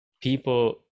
people